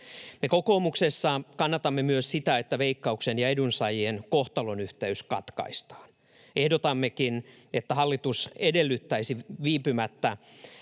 Me kokoomuksessa kannatamme myös sitä, että Veikkauksen ja edunsaajien kohtalonyhteys katkaistaan. Ehdotammekin, että hallitusta edellytettäisiin viipymättä